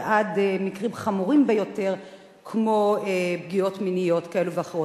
ועד מקרים חמורים ביותר כמו פגיעות מיניות כאלה ואחרות,